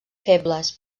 febles